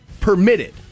permitted